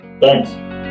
thanks